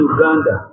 Uganda